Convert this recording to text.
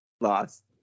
Lost